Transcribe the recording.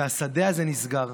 והשדה הזה נסגר.